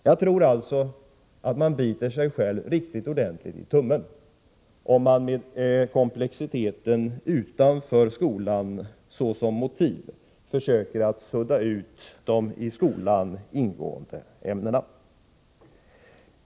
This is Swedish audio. Jag tror alltså att man biter sig själv riktigt ordentligt i tummen, om man med komplexiteten utanför skolan som motiv försöker sudda ut gränserna för de i skolan ingående ämnena.